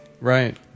right